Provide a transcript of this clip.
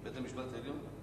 בית-המשפט העליון?